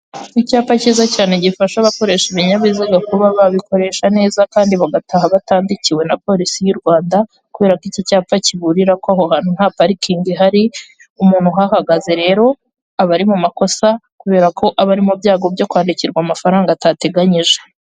Icyapa cyiza cyane gifasha abakoresha ibinyabiziga kuba babikoresha neza kandi bagataha batandikiwe na polisi y'u Rwanda kubera ko iki cyapa kiburira ko aho hantu nta parikingi ihari, umuntu uhagaze rero aba ari mu makosa kubera ko aba ari mu byago byo kwandikirwa amafaranga atateganyije.